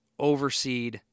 overseed